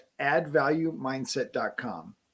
addvaluemindset.com